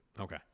okay